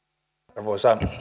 arvoisa